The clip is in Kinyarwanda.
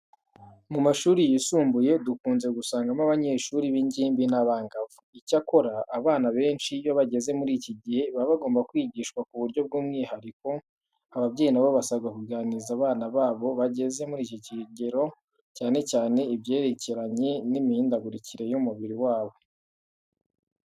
Mu mashuri yisumbuye dukunze gusangamo abanyeshuri b'ingimbi n'abangavu. Icyakora, abana benshi iyo bageze muri iki gihe, baba bagomba kwigishwa mu buryo bw'umwihariko. Ababyeyi na bo basabwa kuganiriza abana babo bageze muri iki kigero, cyane cyane ibyerekeranye n'imihindagurikire y'umubiri wabo.